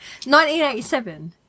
1987